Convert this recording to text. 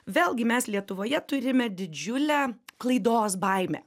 vėlgi mes lietuvoje turime didžiulę klaidos baimę